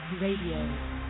Radio